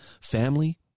Family